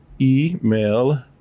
email